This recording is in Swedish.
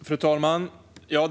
Fru talman!